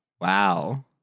Wow